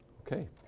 Okay